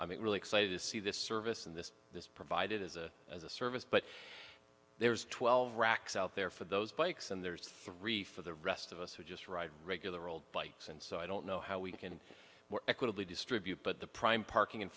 i'm really excited to see this service and this this provided as a as a service but there's twelve racks out there for those bikes and there's three for the rest of us who just ride regular old bikes and so i don't know how we can more equitably distribute but the prime parking in